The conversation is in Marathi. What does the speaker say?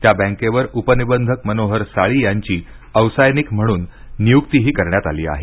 त्या बॅकेवर उपनिंबधक मनोहर माळी यांची अवसायानिक म्हणून निय्क्तीही करण्यात आली आहे